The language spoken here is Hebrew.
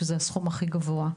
שזה הסכום הכי גבוה.